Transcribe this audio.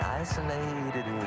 isolated